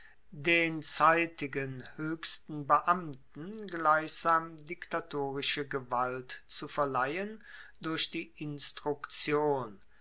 den zeitigen hoechsten beamten gleichsam diktatorische gewalt zu verleihen durch die instruktion